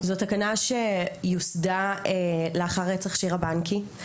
זוהי תקנה שהושגה לאחר רצח שירה בנקי,